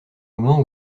moment